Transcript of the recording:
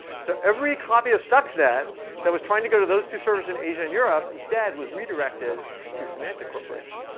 so every copy of stuxnet that was trying to go to those two servers in asia and europe instead was redirected to symantec corporation,